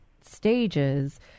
stages